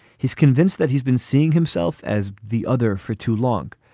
he's convinced that he's been seeing himself as the other for too long.